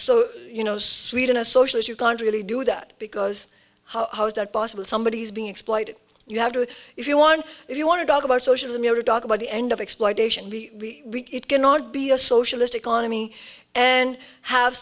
so you know sweden a socialist you can't really do that because how is that possible somebody is being exploited you have to if you want if you want to talk about socialism you're to talk about the end of exploitation we cannot be a socialist economy and have